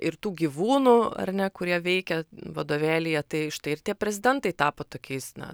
ir tų gyvūnų ar ne kurie veikia vadovėlyje tai štai ir tie prezidentai tapo tokiais na